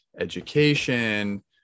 education